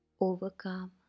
overcome